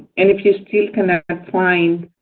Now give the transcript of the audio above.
and if you still cannot ah find